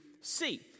see